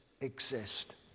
exist